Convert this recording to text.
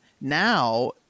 now